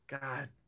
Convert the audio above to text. god